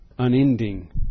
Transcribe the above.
Unending